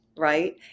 right